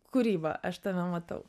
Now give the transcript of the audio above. kūryba aš tave matau